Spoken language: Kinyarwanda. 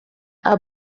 bwana